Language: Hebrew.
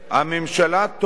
בהצעת החוק,